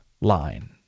line